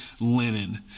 linen